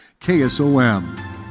KSOM